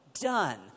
done